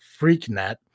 freaknet